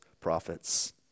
prophets